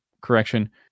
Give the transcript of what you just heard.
correction